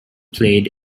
played